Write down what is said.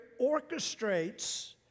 orchestrates